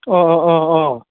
अ अ अ अ